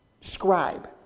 scribe